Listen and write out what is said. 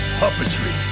puppetry